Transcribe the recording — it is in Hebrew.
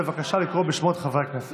בבקשה לקרוא בשמות חברי הכנסת.